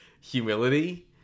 humility